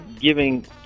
giving